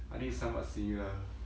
I think it's somewhat similar